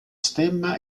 stemma